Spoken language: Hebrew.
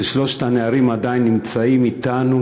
ששלושת הנערים עדיין נמצאים אתנו,